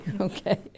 Okay